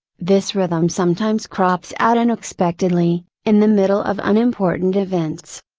this rhythm sometimes crops out unexpectedly, in the middle of unimportant events.